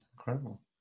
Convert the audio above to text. Incredible